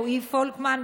רועי פולקמן,